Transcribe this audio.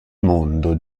mondo